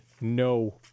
no